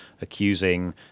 accusing